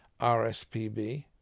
RSPB